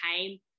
time